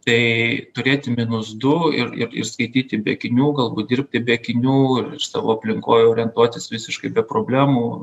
tai turėti minus du ir ir ir skaityti be akinių galbūt dirbti be akinių savo aplinkoj orientuotis visiškai be problemų